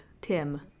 Tim